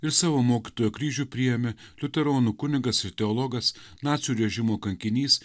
ir savo mokytojo kryžių priėmė liuteronų kunigas ir teologas nacių režimo kankinys